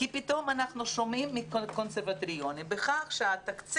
כי פתאום אנחנו שומעים מקונסרבטוריונים שהתקציב